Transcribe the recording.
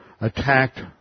attacked